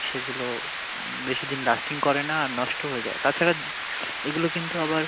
সেগুলো বেশি দিন লাস্টিং করে না আর নষ্ট হয়ে যায় তাছাড়া এগুলো কিন্তু আবার